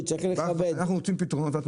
אנחנו רוצים פתרונות.